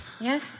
Yes